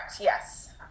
Yes